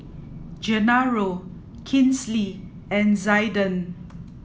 Genaro Kinsley and Zaiden